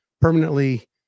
permanently